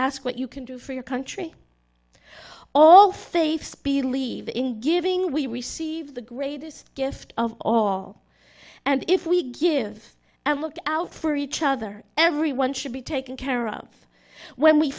ask what you can do for your country all things if speed leave in giving we receive the greatest gift of all and if we give and look out for each other everyone should be taken care of when we